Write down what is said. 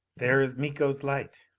there is miko's light!